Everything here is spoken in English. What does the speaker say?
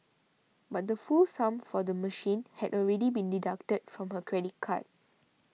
but the full sum for the machine had already been deducted from her credit card